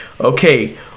Okay